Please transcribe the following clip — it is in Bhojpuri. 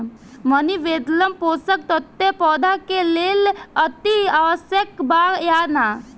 मॉलिबेडनम पोषक तत्व पौधा के लेल अतिआवश्यक बा या न?